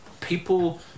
people